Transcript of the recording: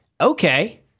okay